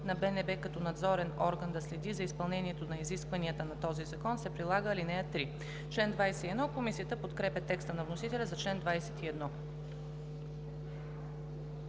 на БНБ като надзорен орган да следи за изпълнението на изискванията на този закон, се прилага ал. 3.“ Комисията подкрепя текста на вносителя за чл. 21.